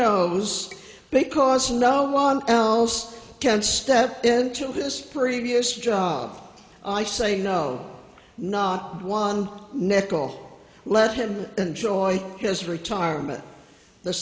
knows because no one else can step into this previous job i say no not one nickel let him enjoy his retirement the